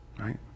Right